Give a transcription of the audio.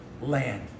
land